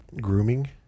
Grooming